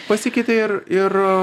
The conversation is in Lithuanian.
pasikeitė ir ir